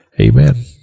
Amen